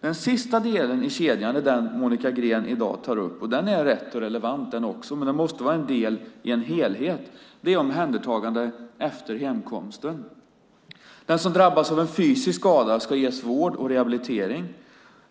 Den sista delen i kedjan är den Monica Green i dag tar upp. Den är också rätt och relevant, men den måste vara en del i en helhet. Det är omhändertagande efter hemkomsten. Den som drabbas av en fysisk skada ska ges vård och rehabilitering.